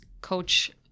coach